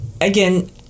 again